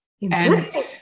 Interesting